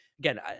Again